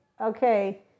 okay